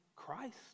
Christ